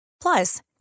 Plus